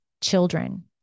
children